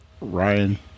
Ryan